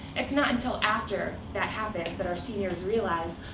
it's not until after that happens that our seniors realize,